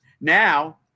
Now